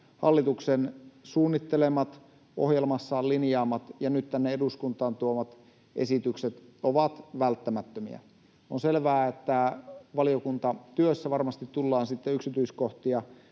hallituksen suunnittelemat, ohjelmassaan linjaamat ja nyt tänne eduskuntaan tuomat esitykset ovat välttämättömiä. On selvää, että valiokuntatyössä varmasti tullaan sitten yksityiskohtia